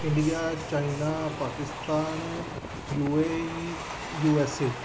India China Pakistan U A E U S A